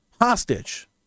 hostage